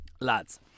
Lads